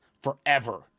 forever